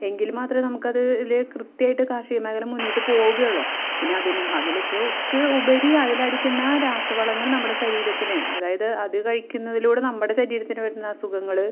എങ്കിൽ മാത്രമേ നമുക്കതിൽ കൃത്യമായിട്ട് കാർഷിക മേഖല മുന്നോട്ടു പോകുകയുള്ളൂ പിന്നെ അതിന് അതിന് അതിക്കെ ഉപരി അതിലടിക്കുന്ന രാസവളങ്ങൾ നമ്മുടെ ശരീരത്തിന് അതായത് അത് കഴിക്കുന്നതിലൂടെ നമ്മുടെ ശരീരത്തിന് വരുന്ന അസുഖങ്ങൾ